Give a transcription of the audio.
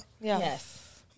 Yes